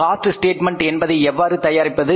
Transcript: cost statement என்பதை எவ்வாறு தயாரிப்பது